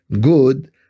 good